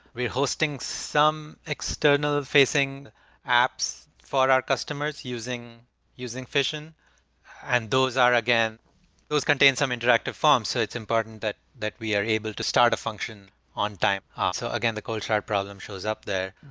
we're hosting some external facing apps for our customers using using fission and those are, again those contains some interactive forms, so it's important that that we are able to start a function on time also. again, the cultural problem shows up there.